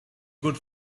good